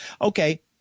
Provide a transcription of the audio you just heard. Okay